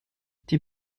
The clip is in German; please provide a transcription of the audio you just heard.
die